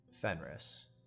Fenris